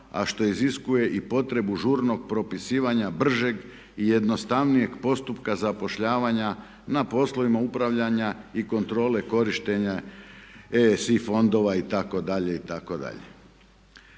a što iziskuje i potrebu žurnog propisivanja, bržeg i jednostavnijeg postupka zapošljavanja na poslovima upravljanja i kontrole korištenja EU fondova itd.,